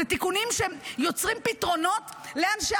זה תיקונים שיוצרים פתרונות לאנשי